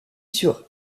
sur